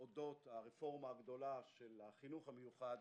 אודות הרפורמה הגדולה של החינוך המיוחד,